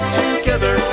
together